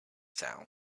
sound